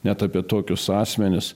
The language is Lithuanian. net apie tokius asmenis